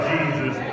Jesus